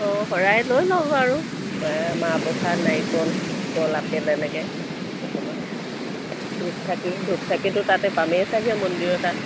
অঁ শৰাই লৈ ল'ব আৰু মাহ প্ৰসাদ নাৰিকল কল আপেল এনেকৈ অকণমান ধূপ চাকি ধূপ চাকিটো তাতে পামেই চাগৈ মন্দিৰৰ তাত